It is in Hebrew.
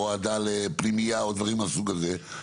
הורדה לפנימייה או דברים מהסוג הזה,